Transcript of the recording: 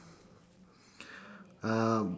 uh